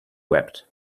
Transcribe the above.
wept